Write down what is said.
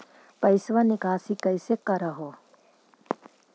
पैसवा निकासी कैसे कर हो?